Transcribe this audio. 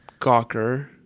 Gawker